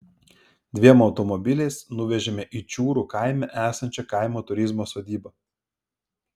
dviem automobiliais nuvežė į čiūrų kaime esančią kaimo turizmo sodybą